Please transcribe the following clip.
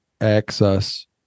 access